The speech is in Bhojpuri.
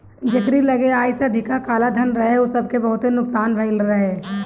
जेकरी लगे आय से अधिका कालाधन रहे उ सबके बहुते नुकसान भयल रहे